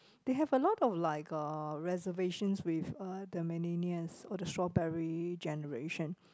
they have a lot of like uh reservation with uh the millennial or the strawberry generation